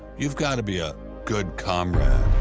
you've got to be a good comrade.